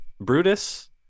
Brutus